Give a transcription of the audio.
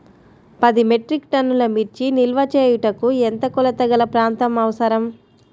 పది మెట్రిక్ టన్నుల మిర్చి నిల్వ చేయుటకు ఎంత కోలతగల ప్రాంతం అవసరం?